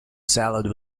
salad